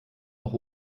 auch